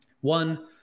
one